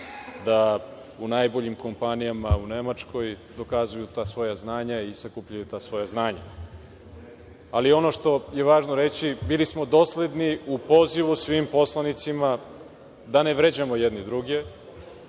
da u najboljim kompanijama u Nemačkoj dokazuju ta svoja znanja i sakupljaju ta svoja znanja. Ono što je važno reći, bili smo dosledni u pozivu svim poslanicima da ne vređamo jedni druge,